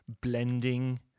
blending